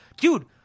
dude